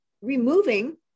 removing